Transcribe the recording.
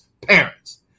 parents